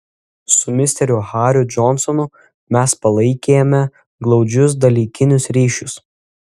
su misteriu hariu džonsonu mes palaikėme glaudžius dalykinius ryšius